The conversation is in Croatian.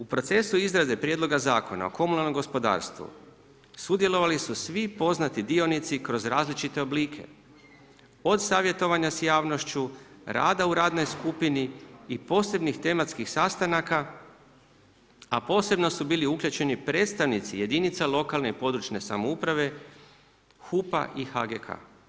U procesu izrade Prijedloga zakona o komunalnom gospodarstvu sudjelovali su svi poznati dionici kroz različite oblike, od savjetovanja s javnošću, rada u radnoj skupini i posebnih tematskih sastanaka, a posebno su bili uključeni predstavnici jedinica lokalne i područne samouprave, HUP-a i HGK.